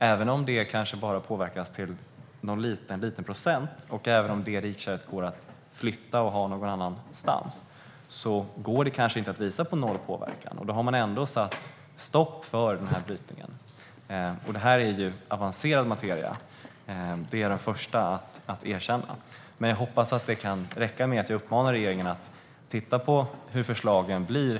Även om det kanske bara påverkas till någon liten procent, och även om detta rikkärr går att flytta och ha någon annanstans, går det kanske inte att visa på nollpåverkan. Då har man ändå satt stopp för denna brytning. Detta är avancerad materia - det är jag den förste att erkänna - men jag hoppas att det kan räcka med att jag uppmanar regeringen att titta på hur förslagen blir.